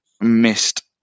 missed